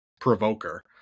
provoker